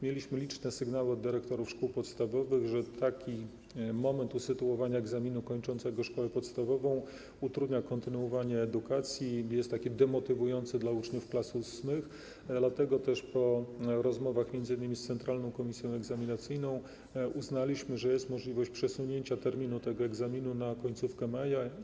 Mieliśmy liczne sygnały od dyrektorów szkół podstawowych, że taki moment usytuowania egzaminu kończącego szkołę podstawową utrudnia kontynuowanie edukacji i jest demotywujące dla uczniów klas VIII, dlatego też po rozmowach m.in. z Centralną Komisją Egzaminacyjną uznaliśmy, że jest możliwość przesunięcia terminu tego egzaminu na końcówkę maja.